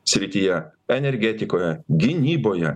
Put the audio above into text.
srityje energetikoje gynyboje